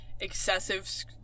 excessive